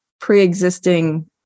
pre-existing